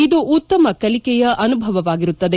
ಇದು ಉತ್ತಮ ಕಲಿಕೆಯ ಅನುಭವವಾಗಿರುತ್ತದೆ